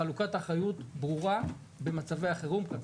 חלוקת אחריות ברורה במצבי החירום כלפי